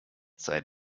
sei